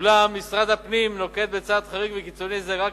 ואולם, משרד הפנים נוקט צעד חריג וקיצוני זה רק